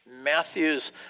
Matthew's